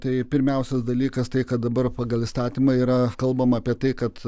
tai pirmiausias dalykas tai kad dabar pagal įstatymą yra kalbama apie tai kad